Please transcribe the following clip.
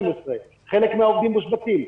חלק מהעובדים מושבתים,